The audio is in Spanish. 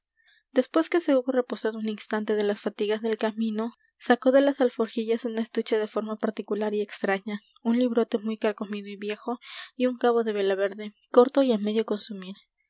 después que se hubo reposado un instante de las fatigas del camino sacó de las alforjillas un estuche de forma particular y extraña un librote muy carcomido y viejo y un cabo de vela verde corto y á medio consumir